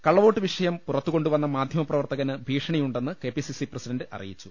കള്ളവോട്ട് വിഷയം പുറത്തുകൊണ്ടുവന്ന മാധ്യമപ്രവർത്ത കന് ഭീഷണിയുണ്ടെന്ന് കെപിസിസി പ്രസിഡന്റ് അറിയിച്ചു